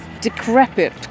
decrepit